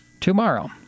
tomorrow